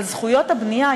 אבל זכויות הבנייה,